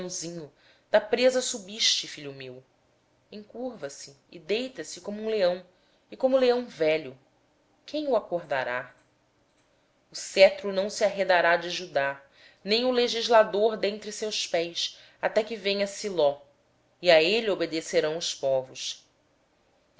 subiste da presa meu filho ele se encurva e se deita como um leão e como uma leoa quem o despertará o cetro não se arredará de judà nem o bastão de autoridade dentre seus pés até que venha aquele a quem pertence e a ele obedecerão os povos